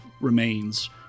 remains